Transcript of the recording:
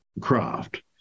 craft